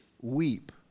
Weep